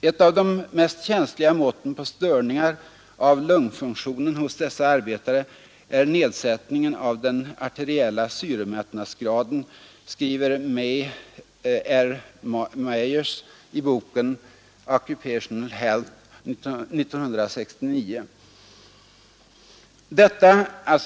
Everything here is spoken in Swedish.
”Ett av de mest känsliga måtten på störningar av lungfunktionen hos dessa arbetare är nedsättningen av den arteriella syremättnadsgraden”, skriver May R. Mayers i boken Occupational health år 1969.